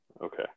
Okay